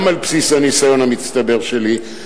גם על בסיס הניסיון המצטבר שלי,